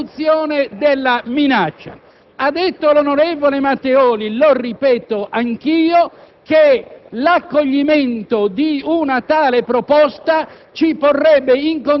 di introdurre nel testo, ad opera di coloro che sono in grado di farlo, cioè il relatore o il Governo,